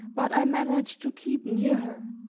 but i managed to keep near her,